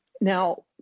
Now